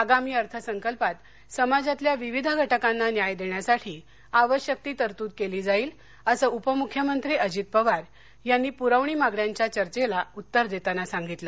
आगामी अर्थसंकल्पात समाजातल्या विविध घटकांना न्याय देण्यासाठी आवश्यक ती तरतूद केली जाई असं उपमुख्यमंत्री अजित पवार यांनी प्रवणी मागण्यांच्या चर्चेला उत्तर देताना सांगितलं